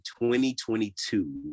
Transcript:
2022